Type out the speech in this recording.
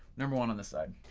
number one on this side.